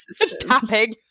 Tapping